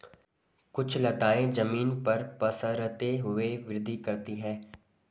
कुछ लताएं जमीन पर पसरते हुए वृद्धि करती हैं